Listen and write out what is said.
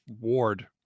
ward